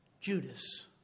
Judas